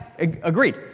Agreed